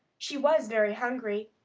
she was very hungry.